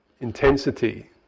intensity